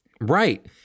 Right